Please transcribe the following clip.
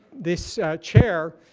this chair,